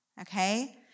okay